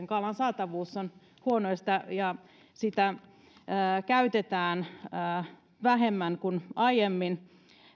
kalan saatavuus on huono ja sitä käytetään vähemmän kuin aiemmin